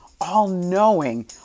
all-knowing